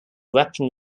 weapon